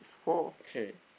okay